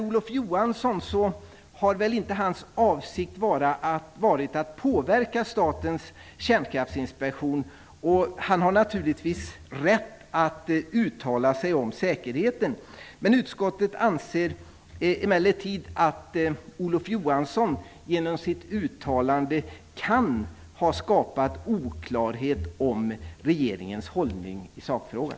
Olof Johanssons avsikt har väl inte varit att påverka Statens kärnkraftsinspektion, och han har naturligtvis rätt att uttala sig om säkerheten. Utskottet anser emellertid att Olof Johansson genom sitt uttalande kan ha skapat oklarhet om regeringens hållning i sakfrågan.